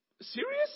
Serious